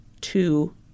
two